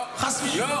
לא, לא.